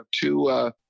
two